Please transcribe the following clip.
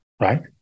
right